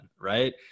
right